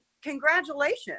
congratulations